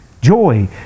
joy